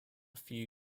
few